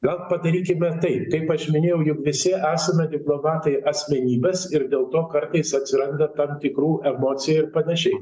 gal padarykime tai kaip aš minėjau juk visi esame diplomatai asmenybės ir dėl to kartais atsiranda tarp tikrų emocijų ir panašiai